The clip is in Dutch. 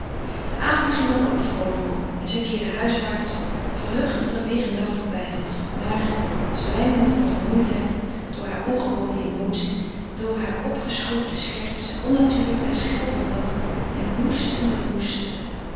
de avond ging dan ook vroolijk om en zij keerde huiswaarts verheugd dat er weêr een dag voorbij was maar zwijmende van vermoeidheid door hare ongewone emoties door haar opgeschroefde scherts onnatuurlijk en schel van lach en hoestende hoestende